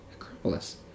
Acropolis